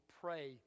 pray